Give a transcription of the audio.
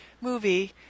movie